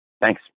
thanks